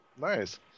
Nice